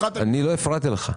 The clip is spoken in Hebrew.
אני לא הפרעתי לך.